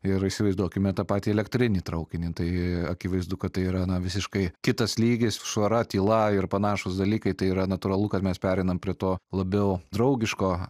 ir įsivaizduokime tą patį elektrinį traukinį tai akivaizdu kad tai yra na visiškai kitas lygis švara tyla ir panašūs dalykai tai yra natūralu kad mes pereinam prie to labiau draugiško